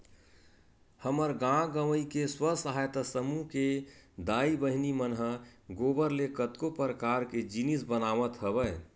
हमर गाँव गंवई के स्व सहायता समूह के दाई बहिनी मन ह गोबर ले कतको परकार के जिनिस बनावत हवय